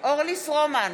אורלי פרומן,